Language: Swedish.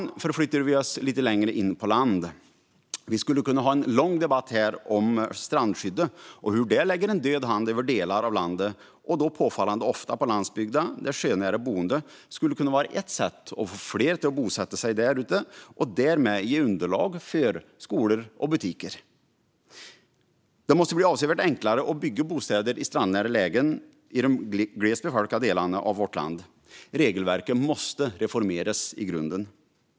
Vi förflyttar oss lite längre in på land. Vi skulle kunna ha en lång debatt om strandskyddet och hur det lägger en död hand över delar av landet, påfallande ofta på landsbygden. Sjönära boende skulle kunna vara ett sätt att få fler att bosätta sig där och därmed ge underlag för skolor och butiker. Det måste bli avsevärt enklare att bygga bostäder i strandnära lägen i de glest befolkade delarna av landet. Regelverket måste reformeras i grunden. Herr talman!